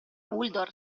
uldor